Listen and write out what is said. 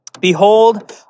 Behold